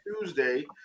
Tuesday